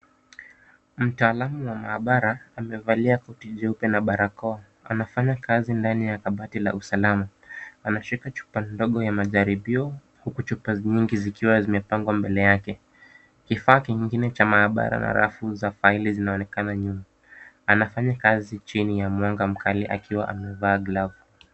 Mtaalamu wa maabara amevalia koti jeupe na barakoa. Anafanya kazi ndani ya kabati la usalama. Anashika chupa ndogo ya majaribio huku chupa nyingi zikiwa zimepangwa mbele yake. Kifaa kingine cha maabara na rafu za faili zinaonekana nyuma. Anafanya kazi chini ya mwanga mkali akiwa amevaa glavu.